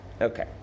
Okay